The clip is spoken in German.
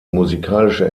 musikalische